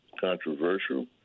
controversial